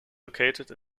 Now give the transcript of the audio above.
located